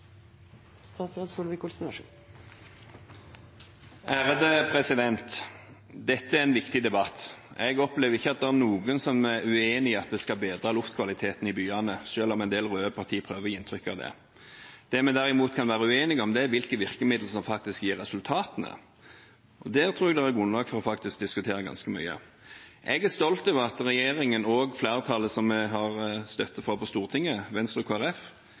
en viktig debatt. Jeg opplever ikke at det er noen som er uenig i at vi skal bedre luftkvaliteten i byene, selv om en del røde partier prøver å gi inntrykk av det. Det vi derimot kan være uenige om, er hvilke virkemidler som faktisk gir resultatene. Det tror jeg det er grunnlag for å diskutere ganske mye. Jeg er stolt over at regjeringen og flertallet som vi har støtte fra på Stortinget, Venstre og